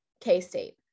K-State